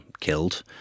killed